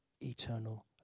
eternal